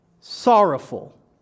sorrowful